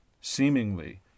seemingly